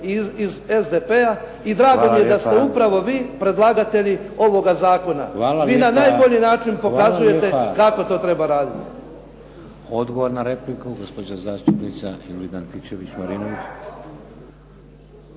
iz SDP-a i drago mi je da ste upravo vi predlagatelji ovoga zakona. Vi na najbolji način pokazujete kako to treba raditi. **Šeks, Vladimir (HDZ)** Hvala lijepa. Odgovor na repliku gospođa zastupnica Ingrid Antičević-Marinović.